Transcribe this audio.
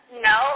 no